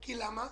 למה?